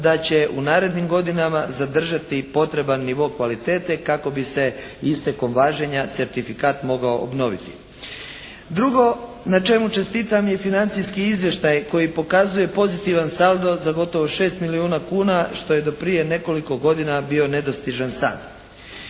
da će u narednim godinama zadržati potreban nivo kvalitete kako bi se istekom važenja certifikat mogao obnoviti. Drugo na čemu čestitam je i financijski izvještaj koji pokazuje pozitivan saldo za gotovo 6 milijuna kuna što je do prije nekoliko godina bio nedostižan san.